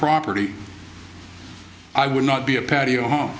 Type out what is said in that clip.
property i would not be a patio home